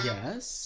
Yes